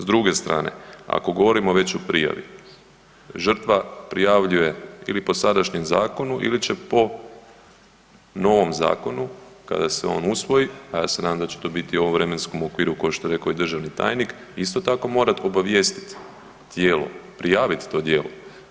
S druge strane, ako govorimo već o prijavi, žrtva prijavljuje ili po sadašnjem zakonu ili će po novom zakonu kada se on usvoji, a ja se nadam da će to biti u ovom vremenskom okviru kao što je rekao državni tajnik, isto tako morati obavijestiti tijelo, prijaviti to djelo.